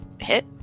hit